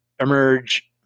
emerge